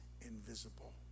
invisible